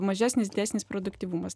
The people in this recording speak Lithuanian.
mažesnis didesnis produktyvumas